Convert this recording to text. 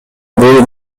бул